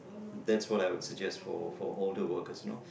that's what I would suggest for for older workers you know